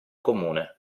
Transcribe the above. comune